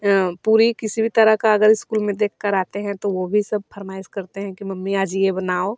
पूरी किसी भी तरह का अगर इस्कूल में देखकर आते हैं तो वो भी सब फ़रमाइश करते हैं कि मम्मी आज ये बनाओ